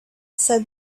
said